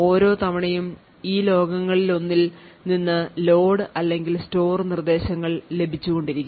ഓരോ തവണയും ഈ ലോകങ്ങളിലൊന്നിൽ നിന്ന് load അല്ലെങ്കിൽ store നിർദ്ദേശങ്ങൾ ലഭിച്ചുകൊണ്ടിരിക്കും